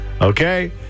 Okay